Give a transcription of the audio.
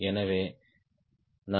எனவே நான் சி